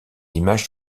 images